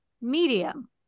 medium